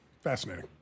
Fascinating